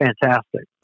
Fantastic